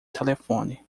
telefone